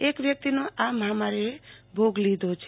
એક વ્યક્તિનો આ મહામારીનો ભોગ લીધો છે